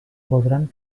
podran